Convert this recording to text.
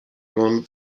con